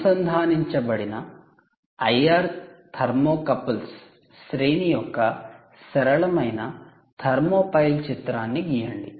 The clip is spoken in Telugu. అనుసంధానించబడిన 'ఐఆర్ థర్మోకపుల్స్ IR thermocouples" శ్రేణి యొక్క సరళమైన 'థర్మోపైల్' thermopile' చిత్రాన్ని గీయండి